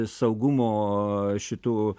saugumo šitų